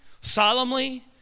solemnly